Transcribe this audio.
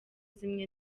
zimwe